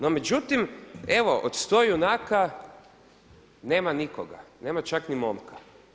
No međutim, evo od sto junaka nema nikoga, nema čak ni momka.